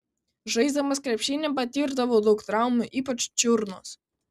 žaisdamas krepšinį patirdavau daug traumų ypač čiurnos